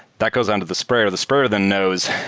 that goes under the sprayer. the sprayer then knows,